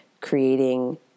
creating